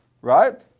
right